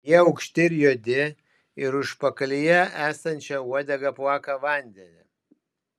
jie aukšti ir juodi ir užpakalyje esančia uodega plaka vandenį